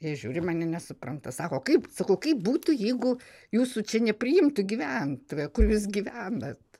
jie žiūri į mane nesupranta sako kaip sakau kaip būtų jeigu jūsų čia nepriimtų gyvent kur jūs gyvenat